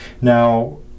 Now